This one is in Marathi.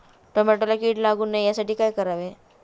टोमॅटोला कीड लागू नये यासाठी काय करावे?